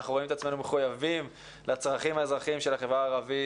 אנחנו רואים עצמנו מחויבים לצרכים האזרחיים של החברה הערבית,